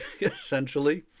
essentially